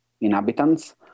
inhabitants